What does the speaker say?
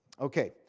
Okay